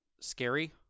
scary